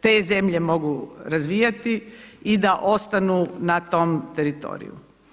te zemlje mogu razvijati i da ostanu na tom teritoriju.